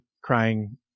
crying